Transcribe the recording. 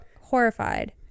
Horrified